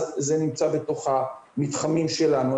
זה נמצא בתוך המתחמים שלנו.